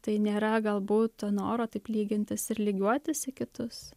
tai nėra galbūt noro taip lygintis ir lygiuotis į kitus